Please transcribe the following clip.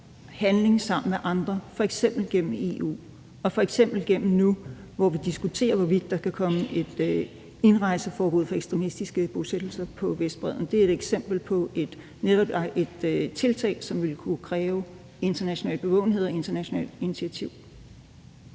handling sammen med andre, f.eks. gennem EU og f.eks. som nu, hvor vi diskuterer, hvorvidt der kan komme et indrejseforbud i forbindelse med ekstremistiske bosættelser på Vestbredden. Det er netop et eksempel på et tiltag, som vil kunne kræve international bevågenhed og internationalt initiativ.